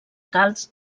calç